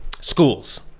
schools